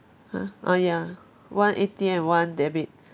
!huh! ah ya one A_T_M one debit